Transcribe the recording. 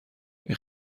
این